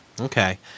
Okay